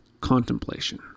contemplation